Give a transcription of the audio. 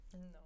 No